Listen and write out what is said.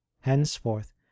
Henceforth